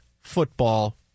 football